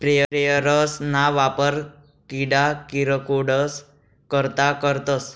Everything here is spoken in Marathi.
स्प्रेयरस ना वापर किडा किरकोडस करता करतस